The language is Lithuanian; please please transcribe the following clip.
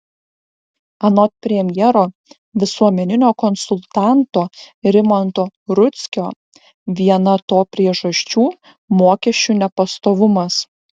anot premjero visuomeninio konsultanto rimanto rudzkio viena to priežasčių mokesčių nepastovumas